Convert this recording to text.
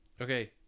okay